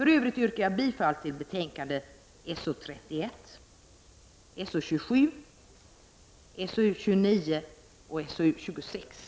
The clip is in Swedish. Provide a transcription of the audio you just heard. I övrigt yrkar jag bifall till utskottets hemställan.